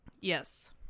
Yes